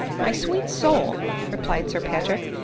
my sweet soul! replied sir patrick,